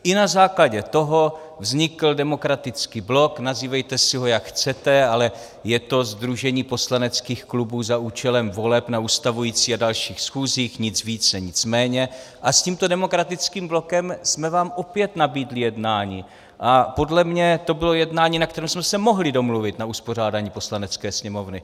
I na základě toho vznikl Demokratický blok, nazývejte si ho, jak chcete, ale je to sdružení poslaneckých klubů za účelem voleb na ustavující a dalších schůzích, nic více, nic méně, a s tímto Demokratickým blokem jsme vám opět nabídli jednání, a podle mě to bylo jednání, na kterém jsme se mohli domluvit na uspořádání Poslanecké sněmovny.